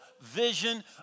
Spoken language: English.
vision